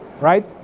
right